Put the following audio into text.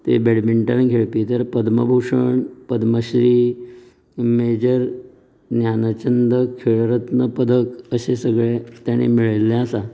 तें बॅडमिण्टन खेळपी तर पद्मभूशण पद्मश्री मेजर ज्ञानचंद खेळरत्न पदक तशें सगळें तेंणे मेळयल्लें आसा